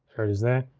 here it is, there.